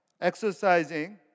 exercising